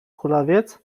kulawiec